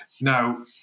Now